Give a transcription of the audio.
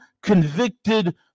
convicted